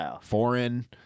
Foreign